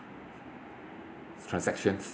transactions